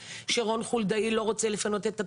שרון חולדאי לא רוצה לפנות את התחנה,